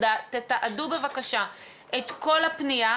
תתעדו בבקשה את כל הפנייה,